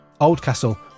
Oldcastle